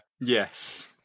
Yes